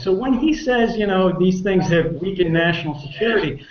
so when he says you know these things have weakened national security.